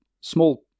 small